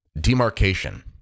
demarcation